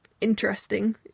interesting